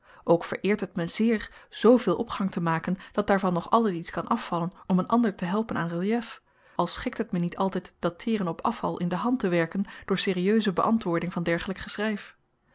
ook vereert het me zeer zveel opgang te maken dat daarvan nog altyd iets kan afvallen om n ander te helpen aan relief al schikt het me niet altyd dat teeren op afval in de hand te werken door serieuze beantwoording van dergelyk